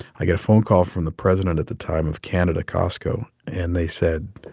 i get a phone call from the president at the time of canada costco, and they said